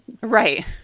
Right